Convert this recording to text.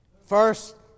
First